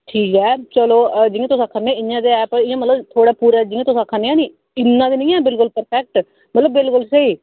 ठीक ऐ चलो जियां तुस आक्खा नै इंया ते जियां मतलब तुस आक्खा नै आं नी ते इन्ना ते निं ऐ परफैक्ट बिलकुल स्हेई